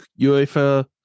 UEFA